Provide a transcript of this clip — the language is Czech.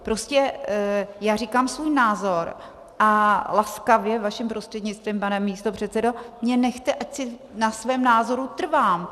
Prostě já říkám svůj názor a laskavě, vaším prostřednictvím, pane místopředsedo, mě nechejte, ať si na svém názoru trvám.